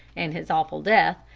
and his awful death,